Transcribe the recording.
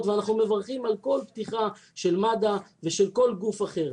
ואנחנו מברכים על כל פתיחה של מד"א ושל כל גוף אחר.